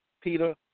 Peter